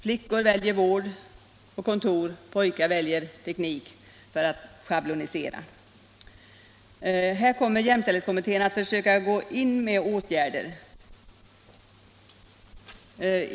Flickor väljer vård och kontor, pojkar väljer teknik, för att schablonisera. Här kommer jämställdhetskommittén att försöka gå in med åtgärder.